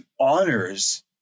honors